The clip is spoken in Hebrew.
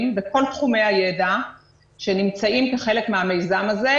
בכל תחומי הידע שנמצאים כחלק מהמיזם הזה,